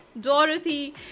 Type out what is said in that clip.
Dorothy